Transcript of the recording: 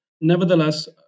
Nevertheless